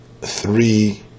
three